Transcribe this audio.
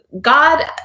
God